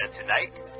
tonight